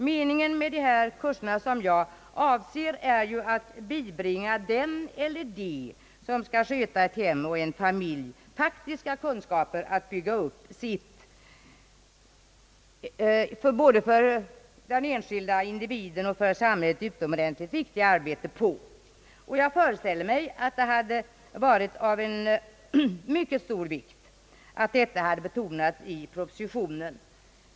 Meningen med de kurser som jag avser är ju att bibringa den eller de som skall sköta ett hem och en familj faktiska kunskaper att bygga sitt både för den enskilde individen och för samhället oerhört viktiga arbete på. Och jag föreställer mig att det hade varit av en mycket stor vikt att detta hade betonats i propositionen.